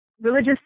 religious